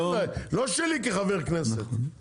לא שלי כחבר כנסת שלכם.